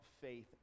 faith